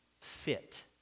fit